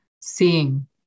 Seeing